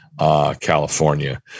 California